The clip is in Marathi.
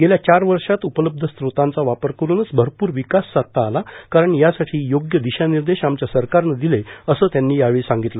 गेल्या चार वर्षात उपलब्ध स्त्रोतांचा वापर करूनच भरपूर विकास साधता आला कारण यासाठी योग्य दिशानिर्देश आमच्या सरकारनं दिले असं त्यांनी यावेळी सांगितलं